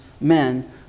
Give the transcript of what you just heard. men